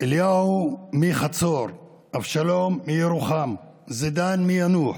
אליהו מחצור, אבשלום מירוחם, זיידן מיאנוח,